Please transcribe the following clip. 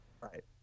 Right